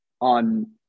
on